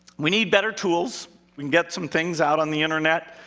we need better tools. we can get some things out on the internet.